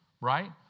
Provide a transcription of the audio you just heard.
right